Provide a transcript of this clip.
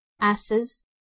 asses